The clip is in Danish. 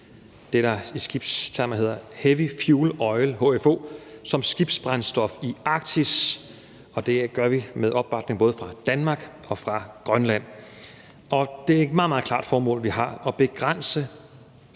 det, der i skibstermer hedder heavy fuel oil, HFO – som skibsbrændstof i Arktis. Det gør vi med opbakning fra både Danmark og Grønland. Vi har et meget, meget klart formål. Det er at begrænse,